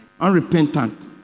Unrepentant